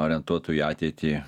orientuotų į ateitį